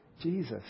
Jesus